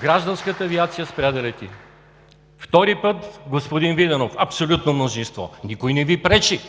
Гражданската авиация спря да лети. Втори път – господин Виденов, абсолютно мнозинство. Никой не Ви пречи.